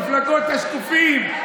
מפלגות השקופים,